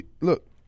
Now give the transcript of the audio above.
look